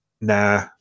nah